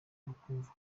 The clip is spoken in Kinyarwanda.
bakumva